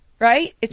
right